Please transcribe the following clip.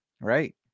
Right